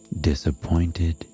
disappointed